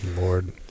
Lord